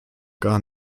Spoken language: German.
gar